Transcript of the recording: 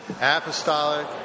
apostolic